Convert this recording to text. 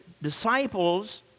Disciples